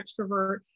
extrovert